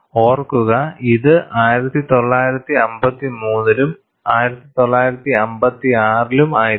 ഓർക്കുക ഇത് 1953 ലും 1956 ലും ആയിരുന്നു